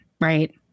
right